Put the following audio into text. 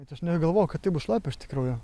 bet aš negalvojau kad taip bus šlapia iš tikrųjų